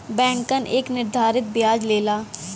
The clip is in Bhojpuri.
बैंकन एक निर्धारित बियाज लेला